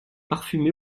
parfumé